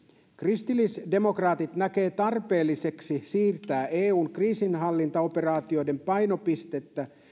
kristillisdemokraatit näkee tarpeelliseksi siirtää eun kriisinhallintaoperaatioiden painopistettä